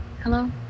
Hello